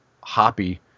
hoppy